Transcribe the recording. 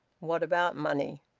what about money?